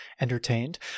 entertained